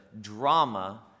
drama